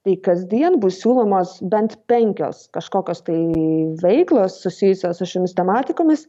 i kasdien bus siūlomos bent penkios kažkokios tai veiklos susijusios su šiomis tematikomis